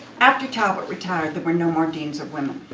after talbot retired, there were no more deans of women.